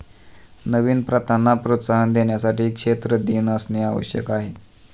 नवीन प्रथांना प्रोत्साहन देण्यासाठी क्षेत्र दिन असणे आवश्यक आहे